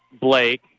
Blake